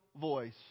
voice